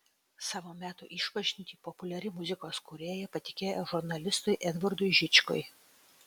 savo metų išpažintį populiari muzikos kūrėja patikėjo žurnalistui edvardui žičkui